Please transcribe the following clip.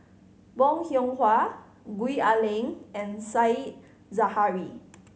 Bong Hiong Hwa Gwee Ah Leng and Said Zahari